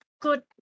good